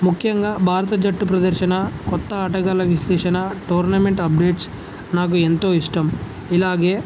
ముఖ్యంగా భారత జట్టు ప్రదర్శన కొత్త ఆటగాళ్ళ విశ్లేషణ టోర్నమెంట్ అప్డేట్స్ నాకు ఎంతో ఇష్టం ఇలాగే